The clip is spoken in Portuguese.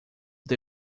the